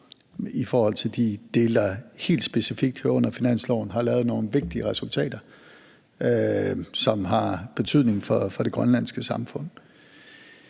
i forhold til de dele, der helt specifikt hører under finansloven, har lavet nogle vigtige resultater, som har en betydning for det grønlandske samfund.